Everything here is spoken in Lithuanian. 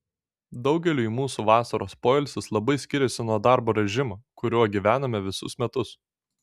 daugeliui mūsų vasaros poilsis labai skiriasi nuo darbo režimo kuriuo gyvename visus metus